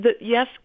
yes